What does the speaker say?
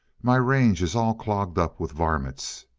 my range is all clogged up with varmints.